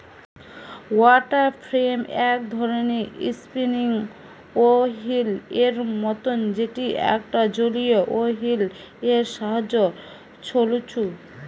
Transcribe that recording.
water frame এক ধরণের spinning wheel এর মতন যেটি একটা জলীয় ওহীল এর সাহায্যে ছলছু